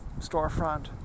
storefront